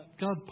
God